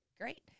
Great